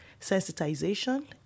sensitization